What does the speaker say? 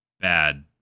bad